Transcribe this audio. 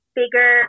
bigger